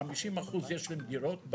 50% יש להם דירות,